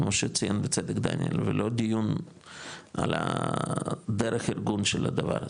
כמו שציין בצדק דניאל ולא דיון על הדרך ארגון של הדבר הזה,